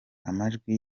amajwi